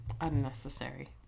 unnecessary